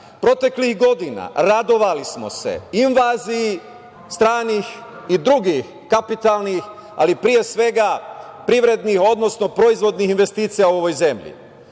itd. Proteklih godina radovali smo se invaziji stranih i drugih kapitalnih, ali pre svega privrednih, odnosno proizvodnih investicija u ovoj zemlji.